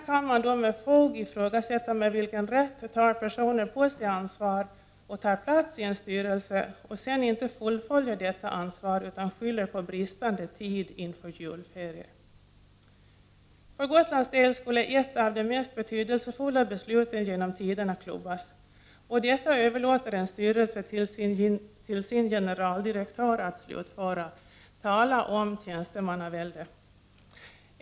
Man kan med fog ifrågasätta med vilken rätt personer tar på sig ansvar och tar plats i en styrelse och sedan inte fullföljer detta ansvar utan skyller på bristande tid inför julferier. För Gotlands del skulle ett av de mest betydelsefulla besluten genom tiderna klubbas, och detta överlåter en styrelse till sin generaldirektör att slutföra. Tala om tjänstemannavälde!